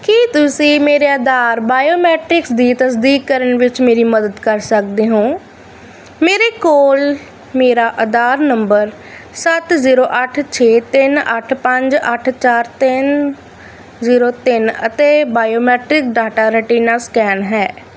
ਕੀ ਤੁਸੀਂ ਮੇਰੇ ਆਧਾਰ ਬਾਇਓਮੀਟ੍ਰਿਕਸ ਦੀ ਤਸਦੀਕ ਕਰਨ ਵਿੱਚ ਮੇਰੀ ਮਦਦ ਕਰ ਸਕਦੇ ਹੋ ਮੇਰੇ ਕੋਲ ਮੇਰਾ ਆਧਾਰ ਨੰਬਰ ਸੱਤ ਜ਼ੀਰੋ ਅੱਠ ਛੇ ਤਿੰਨ ਅੱਠ ਪੰਜ ਅੱਠ ਚਾਰ ਤਿੰਨ ਜ਼ੀਰੋ ਤਿੰਨ ਅਤੇ ਬਾਇਓਮੀਟ੍ਰਿਕ ਡਾਟਾ ਰੈਟੀਨਾ ਸਕੈਨ ਹੈ